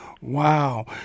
Wow